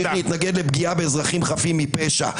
להתנגד לפגיעה באזרחים חפים מפשע.